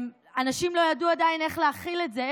אנשים עדיין לא ידעו איך להכיל את זה,